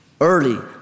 Early